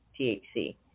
THC